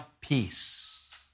peace